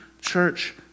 church